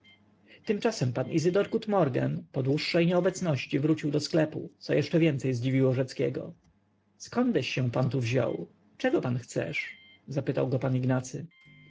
tymczasem pan izydor gutmorgen po dłuższej nieobecności wrócił do sklepu co jeszcze więcej zadziwiło rzeckiego zkądeś się pan tu wziął czego pan chcesz zapytał go pan ignacy